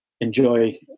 enjoy